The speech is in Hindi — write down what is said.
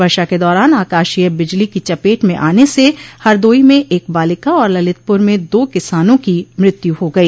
वर्षा के दौरान आकाशीय बिजली की चपेट में आने से हरदोई में एक बालिका और ललितपुर में दो किसानों की मृत्यु हो गई